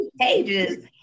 pages